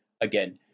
again